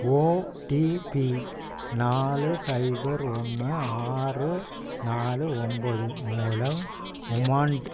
OTP நாலு சைபர் ஒன்று ஆறு நாலு ஒன்போது மூலம் உமாண்ட்